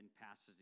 passes